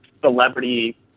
celebrity